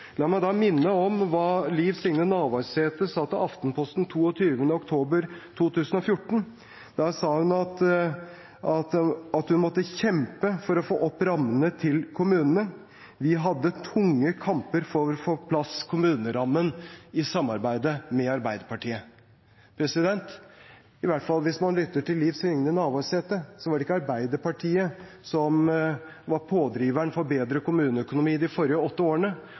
La meg da minne om hva Liv Signe Navarsete sa til Aftenposten 22. oktober 2014: Hun sa at hun måtte kjempe for å få opp rammene til kommunene. De hadde tunge kamper for å få på plass kommunerammen i samarbeidet med Arbeiderpartiet. Hvis man i hvert fall lytter til Liv Signe Navarsete, var det ikke Arbeiderpartiet som var pådriveren for bedre kommuneøkonomi de forrige åtte årene.